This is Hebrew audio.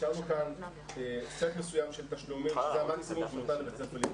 אישרנו כאן סט מסוים של תשלומים שהוא המקסימום שמותר לבית ספר לגבות.